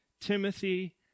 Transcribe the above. Timothy